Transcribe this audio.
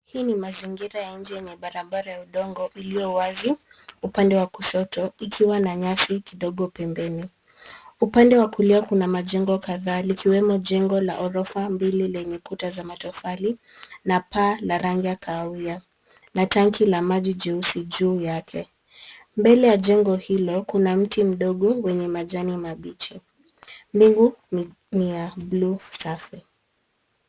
Hii ni mazingira ya nje yenye barabara ya udongo iliyo wazi, upande wa kushoto ikiwa na nyasi kidogo pembeni. Upande wa kulia kuna majengo kadhaa, likiwemo jengo la ghorofa mbili, lenye kuta za matofali, na paa la rangi ya kahawia, na tanki la maji jeusi juu yake. Mbele ya jengo hilo, kuna mti mdogo wenye majani mabichi. Mbingu ni ya bluu safi.